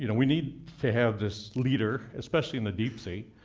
you know we need to have this leader, especially in the deep sea,